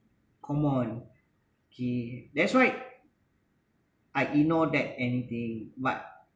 come on okay that's why I ignore that any day but